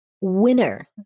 winner